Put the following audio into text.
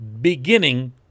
beginning